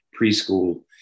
preschool